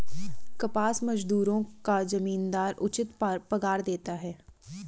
कपास मजदूरों को जमींदार उचित पगार देते हैं